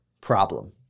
problem